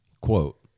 Quote